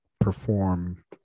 perform